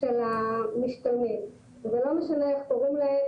של המשתלמים ולא משנה איך קוראים להם,